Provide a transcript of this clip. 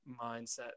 mindset